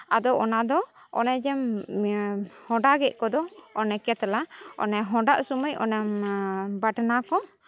ᱟᱫᱚ ᱚᱱᱟ ᱫᱚ ᱚᱱᱮ ᱡᱮᱢ ᱦᱚᱸᱰᱟᱜᱮᱫ ᱠᱚᱫᱚ ᱚᱱᱮ ᱠᱟᱛᱞᱟ ᱚᱱᱮ ᱦᱚᱸᱰᱟᱜ ᱥᱚᱢᱚᱭ ᱚᱱᱟ ᱵᱟᱴᱱᱟ ᱠᱚ